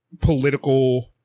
political